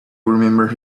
remembered